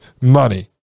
money